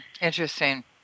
Interesting